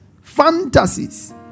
fantasies